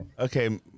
Okay